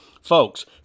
Folks